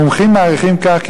המומחים מעריכים כך,